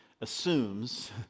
assumes